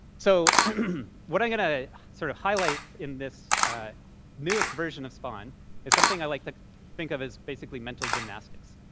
so what i'm going to sort of highlight in this newest version of spaun is something i like to think of as basically mental gymnastics.